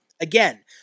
again